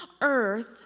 earth